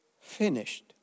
finished